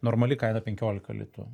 normali kaina penkiolika litų